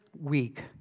week